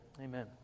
Amen